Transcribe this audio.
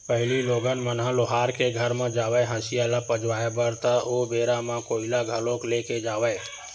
पहिली लोगन मन ह लोहार के घर म जावय हँसिया ल पचवाए बर ता ओ बेरा म कोइला घलोक ले के जावय